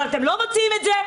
אבל אתם לא מוציאים את זה,